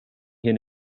hier